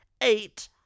eight